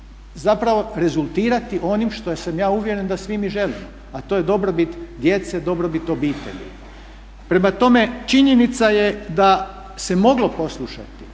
zapravo rezultirati onim što sam ja uvjeren da svi mi želimo, a to je dobrobit djece, dobrobit obitelji. Prema tome, činjenica je da se moglo poslušati,